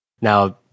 Now